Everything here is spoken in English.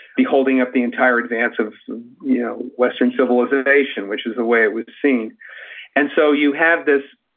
be holding up the entire advance of you know western civilization? which is the way it would seem and so you have this,